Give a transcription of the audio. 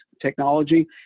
technology